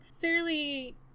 fairly